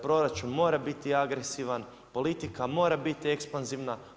Proračun mora biti agresivan, politika mora biti ekspanzivna.